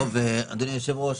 אדוני היושב ראש,